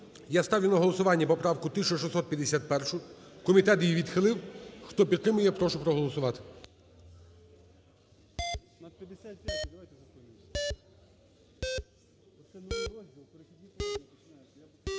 Я ставлю на голосування поправку 1644. Комітет її відхилив. Хто її підтримує, я прошу проголосувати.